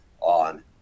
on